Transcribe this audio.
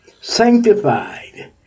Sanctified